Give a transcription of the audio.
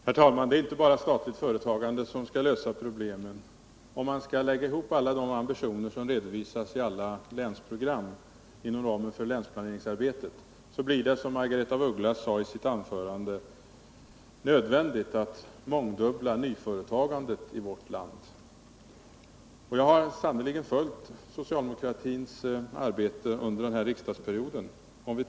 Herr talman! Det är inte bara statligt företagande som skall lösa problemen. Om man lägger ihop alla de ambitioner som redovisas i olika länsprogram inom ramen för länsplaneringsarbetet blir det, som Margaretha af Ugglas sade i sitt anförande, nödvändigt att mångdubbla nyföretagandet i vårt land. Jag har sannerligen följt socialdemokratins arbete under den här riksdagsperioden.